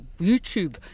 YouTube